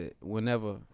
whenever